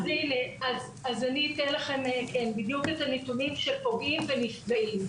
אתן לכם בדיוק את הנתונים של פוגעים ונפגעים.